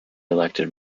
elected